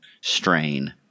strain